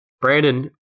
Brandon